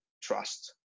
trust